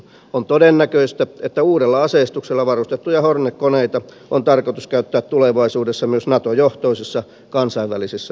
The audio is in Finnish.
on todennäköistä että uudella aseistuksella varustettuja hornet koneita on tarkoitus käyttää tulevaisuudessa myös nato johtoisissa kansainvälisissä operaatioissa